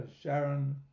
Sharon